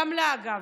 אגב,